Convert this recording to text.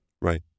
Right